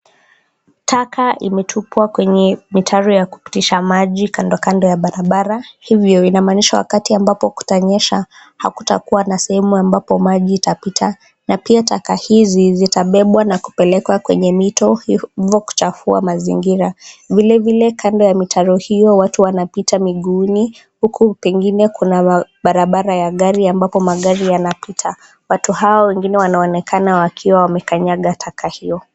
Taka imetupwa kwenye mitaro ya kupitisha maji kandokando ya barabara. Hivyo inamaanisha wakati ambapo kutanyesha hakutakuwa na sehemu ambapo maji itapita na pia taka hizi zitabebwa na kupelekwa kwenye mito hivyo kuchafua mazingira. Vilevile kando ya mitaro hiyo watu wanapita miguuni huku pengine kuna barabara ya gari ambayo magari yanapita. Watu hawa wengine wanaonekana wakiwa wamekanyaga taka hio.